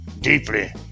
Deeply